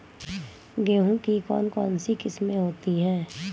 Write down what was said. गेहूँ की कौन कौनसी किस्में होती है?